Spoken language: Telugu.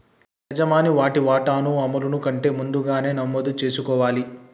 యజమాని వాటి వాటాను అమలును కంటే ముందుగానే నమోదు చేసుకోవాలి